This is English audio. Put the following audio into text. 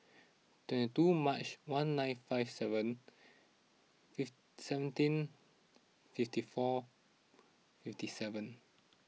twenty two March one nine five seven feet seventeen fifty four fifty seven